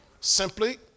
simply